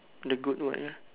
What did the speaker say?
the goat what ah